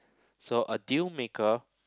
so a deal maker